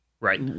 right